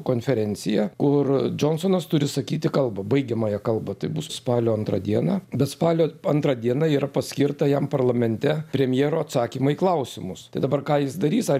konferencija kur džonsonas turi sakyti kalbą baigiamąją kalbą tai bus spalio antrą dieną bet spalio antra diena yra paskirta jam parlamente premjero atsakymai į klausimus tai dabar ką jis darys ar